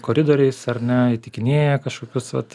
koridoriais ar ne įtikinėja kažkokius vat